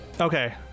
Okay